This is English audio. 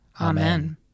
Amen